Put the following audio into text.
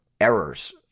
errors